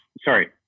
Sorry